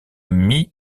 mis